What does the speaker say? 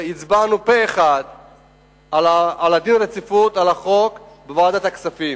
הצבענו פה אחד על דין הרציפות בוועדת הכספים.